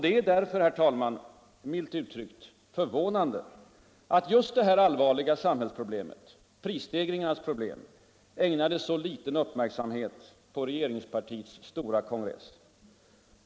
Det är därför, herr talman, milt uttryckt förvånande att just detta allvarliga problem =— prisstegringarna — ägnades så liten uppmärksamhet på regeringspartiets stora kongress.